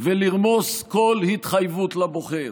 ולרמוס כל התחייבות לבוחר.